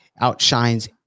outshines